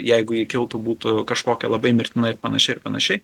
jeigu ji kiltų būtų kažkokia labai mirtina ir panašiai panašiai